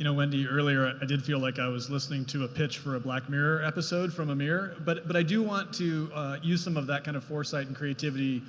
you know wendy, earlier i did feel like i was listening to a pitch for a black mirror episode from amir. but but i do want to use some of that kind of foresight and creativity